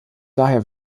daher